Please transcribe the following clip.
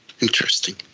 interesting